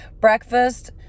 Breakfast